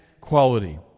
quality